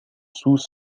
sous